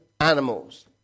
animals